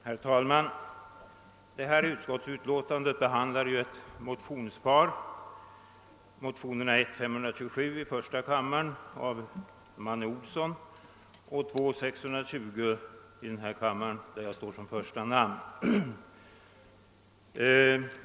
Herr talman! I detta utskottsutlåtan de behandlas ett motionspar I:527 av herr Manne Olsson och II: 620 där jag står som första namn.